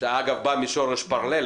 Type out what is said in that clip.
שאגב בא משורש פַּארְלֶה,